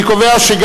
את